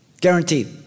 guaranteed